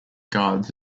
guards